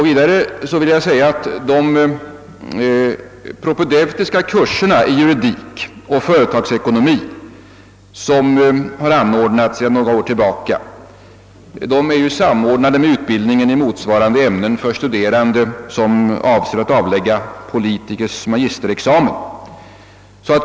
Vidare vill jag framhålla att de propedeutiska kurserna i juridik och företagsekonomi, som anordnats sedan några år tillbaka, är samordnade med utbildningen i motsvarande ämnen för studenter som avser att avlägga politices magisterexamen.